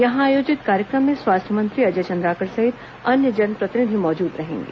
यहां आयोजित कार्यक्रम में स्वास्थ्य मंत्री अजय चंद्राकर सहित अन्य जनप्रतिनिधि मौजूद रहेंगे